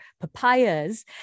papayas